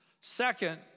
second